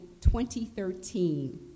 2013